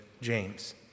James